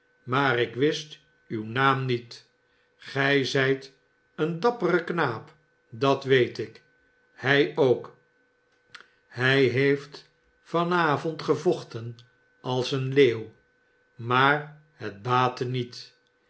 maar ik wist uw naam niet gij zijt een dappere knaap dat weet ik hij ook hij heeft van avond gevochten als een leeuw maar het baatte niet